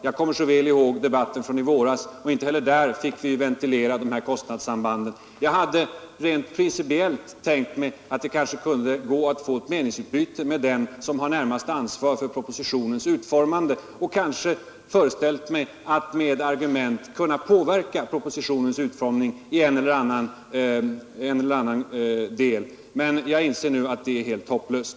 Jag kommer så väl ihåg debatten i våras; inte heller där fick vi ventilera kostnadssambanden. Jag hade rent principiellt tänkt mig att det kunde gå att få ett meningsutbyte med den som har det närmaste ansvaret för propositionens utformande och kanske föreställt mig att jag med argument skulle kunna påverka utformningen i en eller annan del, men jag inser nu att det är helt hopplöst.